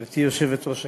גברתי היושבת-ראש,